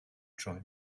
join